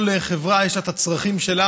כל חברה יש לה את הצרכים שלה,